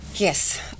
Yes